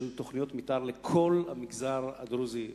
תוכניות מיתאר לכל המגזר הדרוזי והערבי.